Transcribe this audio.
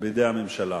בידי הממשלה.